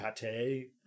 pate